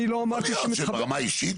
זה ככה.